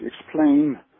explain